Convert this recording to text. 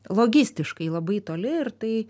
logistiškai labai toli ir tai